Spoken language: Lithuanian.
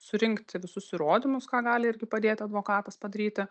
surinkti visus įrodymus ką gali irgi padėti advokatas padaryti